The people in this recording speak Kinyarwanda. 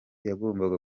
yagombaga